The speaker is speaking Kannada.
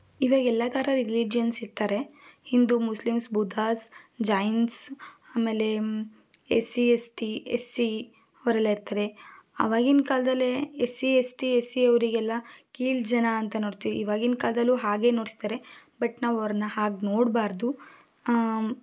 ಈವಾಗೆಲ್ಲ ಥರ ರಿಲಿಜಿಯನ್ಸ್ ಇರ್ತಾರೆ ಹಿಂದೂ ಮುಸ್ಲಿಮ್ಸ್ ಬುದ್ಧಾಸ್ ಜೈನ್ಸ್ ಆಮೇಲೆ S C S T S C ಇವರೆಲ್ಲ ಇರ್ತಾರೆ ಆವಾಗಿನ ಕಾಲದಲ್ಲಿ S C S T S C ಅವರಿಗೆಲ್ಲ ಕೀಳು ಜನ ಅಂತ ನೋಡ್ತೀವಿ ಈವಾಗಿನ ಕಾಲದಲ್ಲೂ ಹಾಗೆ ನೋಡ್ತಾರೆ ಬಟ್ ನಾವು ಅವರನ್ನ ಹಾಗೆ ನೋಡಬಾರದು